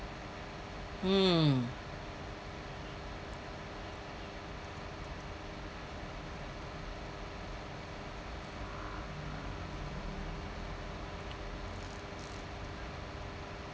mm